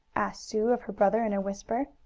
asked sue of her brother in a whisper.